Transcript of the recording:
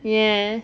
ya